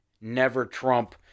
never-Trump